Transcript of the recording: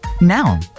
Now